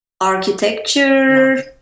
architecture